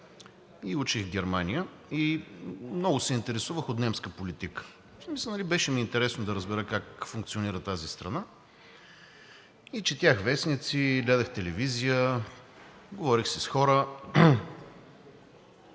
учих в Германия и много се интересувах от немска политика – в смисъл, беше ми интересно да разбера как функционира тази страна, четях вестници, гледах телевизия, говорех си с хора.